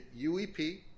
UEP